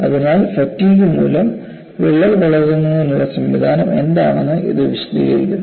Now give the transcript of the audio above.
അതിനാൽ ഫാറ്റിഗ് മൂലം വിള്ളൽ വളരുന്നതിനുള്ള സംവിധാനം എന്താണെന്ന് ഇത് വിശദീകരിക്കുന്നു